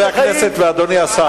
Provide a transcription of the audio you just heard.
חברי הכנסת ואדוני השר.